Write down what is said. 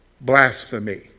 blasphemy